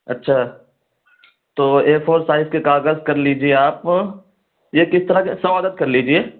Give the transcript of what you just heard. اچھا تو A four size کے کاغذ کر لیجیے آپ یہ کس طرح کے سو عدد کر لیجیے